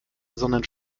sondern